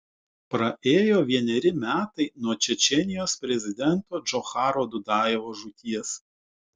praėjo vieneri metai nuo čečėnijos prezidento džocharo dudajevo žūties